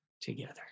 together